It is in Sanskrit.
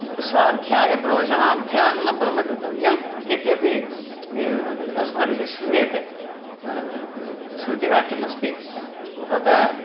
स्वाध्यायप्रवचनाभ्यां न प्रमदितव्यम् इत्यपि अस्माभिः श्रूयते श्रुतिवाक्यमस्ति तत्र